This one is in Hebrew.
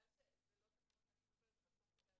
זה לא תקנות שאני מטפלת,